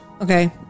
Okay